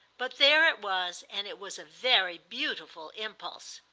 but there it was, and it was a very beautiful impulse.